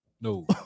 No